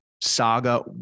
saga